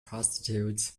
prostitute